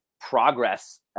progress